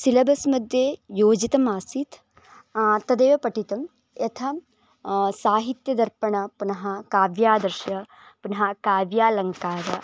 सिलबल्मध्ये योजितमासीत् तदेव पठितं यथा साहित्यदर्पणः पुनः काव्यादर्शः पुनः काव्यालङ्कारः